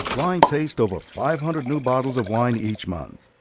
wine taste over five hundred new bottles of wine each month.